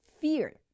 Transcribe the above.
fear